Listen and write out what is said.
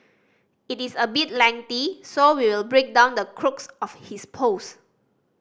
it is a bit lengthy so we will break down the crux of his post